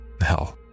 Hell